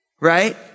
right